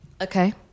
Okay